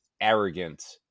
arrogant